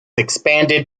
expanded